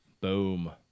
boom